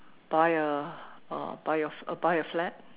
buy a uh buy a buy a flat